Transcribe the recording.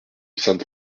sainte